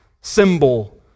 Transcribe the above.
symbol